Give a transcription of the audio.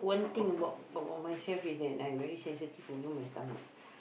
one thing about about myself is that I'm very sensitive over my stomach